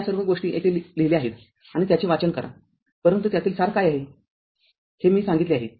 तरया सर्व गोष्टी येथे लिहिल्या आहेत त्याचे वाचन करापरंतु त्यातील सार काय आहे हे मी सांगितले आहे